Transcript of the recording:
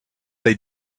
they